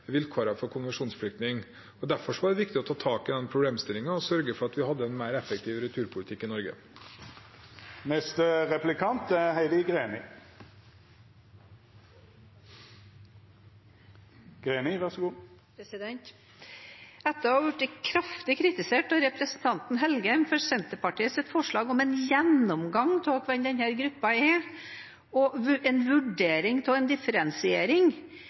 for konvensjonsflyktning. Derfor var det viktig å ta tak i den problemstillingen og sørge for at vi hadde en mer effektiv returpolitikk i Norge. Etter å ha blitt kraftig kritisert av representanten Engen-Helgheim for Senterpartiets forslag om en gjennomgang av hvem denne gruppa er, og en vurdering av en differensiering